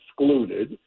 excluded